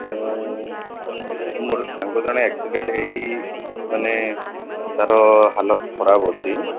ମୁଁ ମୋର ସାଙ୍ଗ ଜଣେ ଆକ୍ସିଡ଼େଣ୍ଟ୍ ହେଇଛି ମାନେ ତା'ର ହାଲତ୍ ଖରାପ ଅଛି